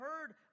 heard